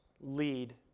lead